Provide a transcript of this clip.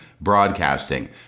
broadcasting